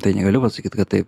tai negaliu pasakyti kad taip